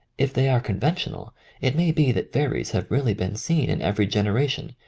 if they are conventional it may be that fairies have really been seen in every generation,